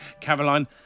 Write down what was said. Caroline